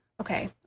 okay